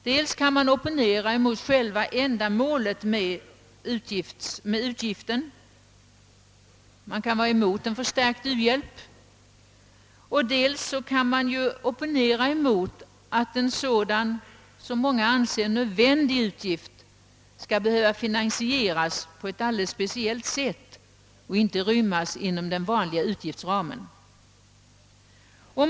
Man kan opponera mot själva ändamålet med avgiften, vara emot en förstärkt u-hjälp. Man kan opponera mot att en sådan utgift, som många människor anser nödvändig, skall behöva finansieras på ett alldeles speciellt sätt och inte rymmas inom den vanliga utgiftsramen.